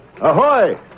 Ahoy